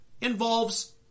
involves